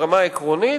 ברמה העקרונית,